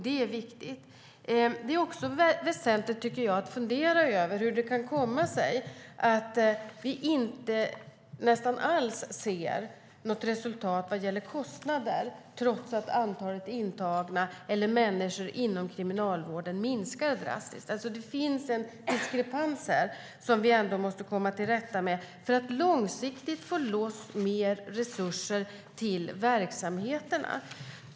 Det är viktigt. Det är också väsentligt, tycker jag, att fundera över hur det kan komma sig att vi nästan inte alls ser något resultat vad gäller kostnader, trots att antalet intagna människor inom kriminalvården minskar drastiskt. Det finns en diskrepans här som vi måste komma till rätta med för att långsiktigt få loss mer resurser till verksamheterna.